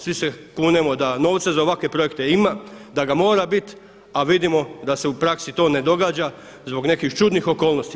Svi se kunemo da novca za ovakve projekte ima, da ga mora biti, a vidimo da se u praksi to ne događa zbog nekih čudnih okolnosti.